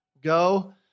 go